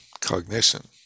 cognition